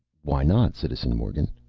why not, citizen morgan?